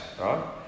right